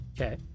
Okay